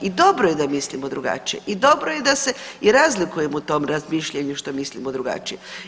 I dobro je da mislimo drugačije i dobro je da se i razlikujemo u tom razmišljanju što mislimo drugačije.